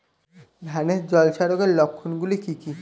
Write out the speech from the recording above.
ধানের ঝলসা রোগের লক্ষণগুলি কি কি?